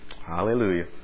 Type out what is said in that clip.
Hallelujah